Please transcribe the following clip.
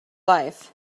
life